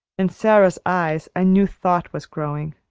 in sara's eyes a new thought was growing.